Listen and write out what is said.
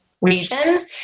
regions